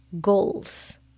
goals